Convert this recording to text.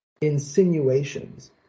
insinuations